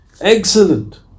excellent